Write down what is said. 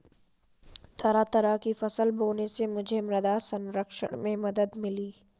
तरह तरह की फसल बोने से मुझे मृदा संरक्षण में मदद मिली